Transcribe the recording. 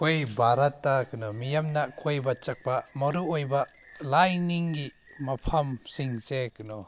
ꯑꯩꯈꯣꯏꯒꯤ ꯚꯥꯔꯠꯇ ꯀꯩꯅꯣ ꯃꯤꯌꯥꯝꯅ ꯀꯣꯏꯕ ꯆꯠꯄ ꯃꯔꯨ ꯑꯣꯏꯕ ꯂꯥꯏꯅꯤꯡꯒꯤ ꯃꯐꯝꯁꯤꯡꯁꯦ ꯀꯩꯅꯣ